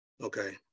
Okay